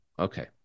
Okay